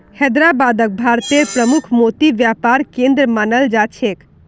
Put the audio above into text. हैदराबादक भारतेर प्रमुख मोती व्यापार केंद्र मानाल जा छेक